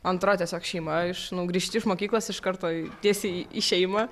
antra tiesiog šeima iš nu grįžti iš mokyklos iš karto tiesiai į šeimą